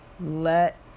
Let